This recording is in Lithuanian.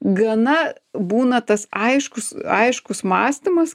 gana būna tas aiškus aiškus mąstymas